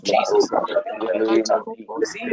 Jesus